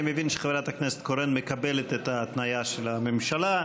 אני מבין שחברת הכנסת קורן מקבלת את ההתניה של הממשלה.